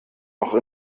noch